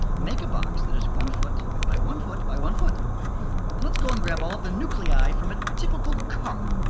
make a box that is one foot by one foot by one foot. now and let's go and grab all of the nuclei from a typical car.